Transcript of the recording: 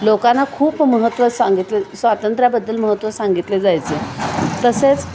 लोकांना खूप महत्त्व सांगितले स्वातंत्र्यााबद्दल महत्त्व सांगितले जायचें तसेच